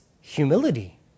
humility